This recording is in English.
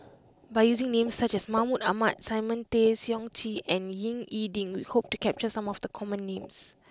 by using names such as Mahmud Ahmad Simon Tay Seong Chee and Ying E Ding we hope to capture some of the common names